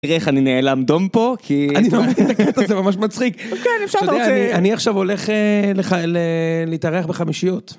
תראה איך אני נאלם דום פה, כי... זה ממש מצחיק. אני עכשיו הולך... להתארח בחמישיות.